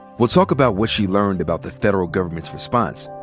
we'll talk about what she learned about the federal government's response,